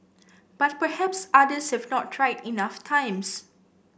but perhaps others have not tried enough times